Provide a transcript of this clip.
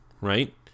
right